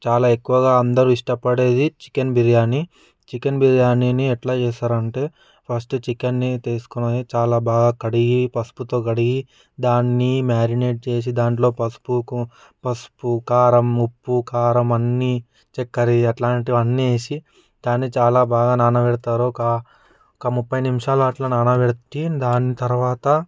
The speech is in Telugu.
చాల ఎక్కువగా అందరూ ఇష్టపడేది చికెన్ బిర్యాని చికెన్ బిర్యా నీని ఎట్లా చేస్తారంటే ఫస్ట్ చికెన్ని తీసుకొని బాగా కడిగి పసుపుతో కడిగి దాన్ని మ్యారినేట్ చేసి దాంట్లో పసుపు కుం పసుపు కారం ఉప్పు కారం అన్ని చక్కెర అట్లాంటివన్నీ వేసి దానిని చాలా బాగా నానపెడతారు ఒక ఒక ముప్పై నిమిషాలు అట్లా నానబెట్టి దాన్ని తర్వాత